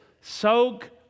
soak